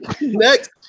next